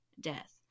death